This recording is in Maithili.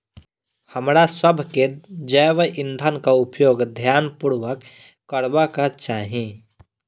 हमरासभ के जैव ईंधनक उपयोग ध्यान पूर्वक करबाक चाही